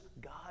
God